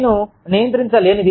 నేను నియంత్రించలేనిది